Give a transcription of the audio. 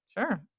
sure